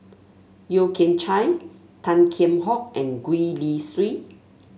Yeo Kian Chye Tan Kheam Hock and Gwee Li Sui